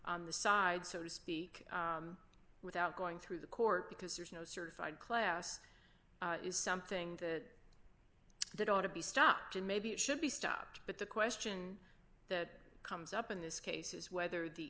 on the side so to speak without going through the court because there's no certified class is something that that ought to be stopped and maybe it should be stopped but the question that comes up in this case is whether the